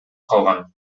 калган